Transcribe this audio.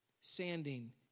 sanding